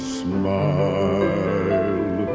smile